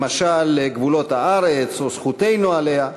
למשל גבולות הארץ או זכותנו עליה,